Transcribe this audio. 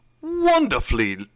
wonderfully